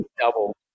double